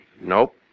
Nope